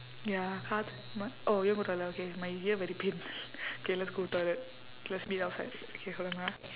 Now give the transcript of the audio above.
ya oh you want go toilet ah okay my ear very pain okay let's go toilet let's meet outside okay hold on ah